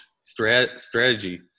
strategy